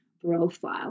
profile